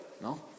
No